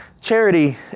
charity